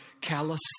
callous